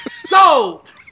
Sold